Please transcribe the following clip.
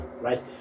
Right